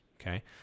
okay